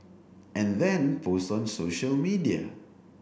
and then post on social media